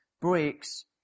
breaks